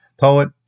poet